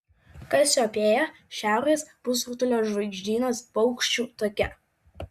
kasiopėja šiaurės pusrutulio žvaigždynas paukščių take